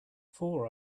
four